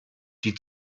die